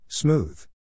Smooth